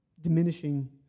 diminishing